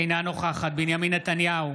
אינה נוכחת בנימין נתניהו,